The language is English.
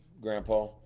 grandpa